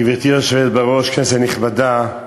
גברתי היושבת בראש, כנסת נכבדה,